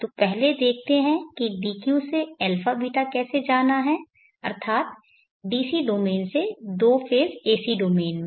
तो पहले देखते हैं कि dq से αβ कैसे जाना है अर्थात DC डोमेन से दो फेज़ AC डोमेन में